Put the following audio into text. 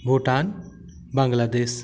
Bhutan Bangladesh